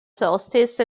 solstice